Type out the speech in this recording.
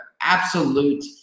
Absolute